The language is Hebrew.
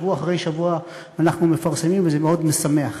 שבוע אחרי שבוע ואנחנו מפרסמים וזה מאוד משמח.